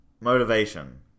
motivation